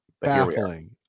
Baffling